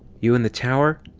you in the tower?